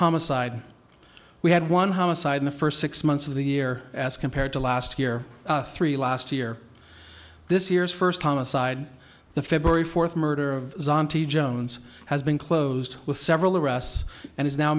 homicide we had one homicide in the first six months of the year as compared to last year three last year this year's first homicide the february fourth murder of zante jones has been closed with several arrests and is now